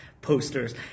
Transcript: posters